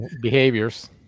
Behaviors